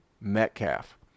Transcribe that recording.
Metcalf